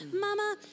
Mama